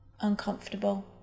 uncomfortable